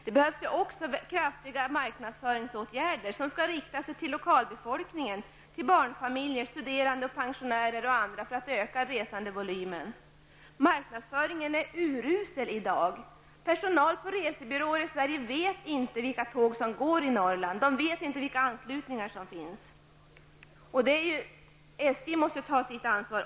Det behövs också kraftiga satsningar på marknadsföring som skall riktas till lokalbefolkningen, barnfamiljer, studerande, pensionärer och andra för att resandevolymen skall öka. Marknadsföringen är urusel i dag. Personal på resebyråer i Sverige vet inte vilka tåg som i dag går i Norrland och inte vilka anslutningar som finns. Också där måste SJ ta sitt ansvar.